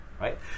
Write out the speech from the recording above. right